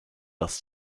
das